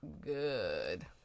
good